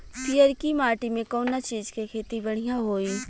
पियरकी माटी मे कउना चीज़ के खेती बढ़ियां होई?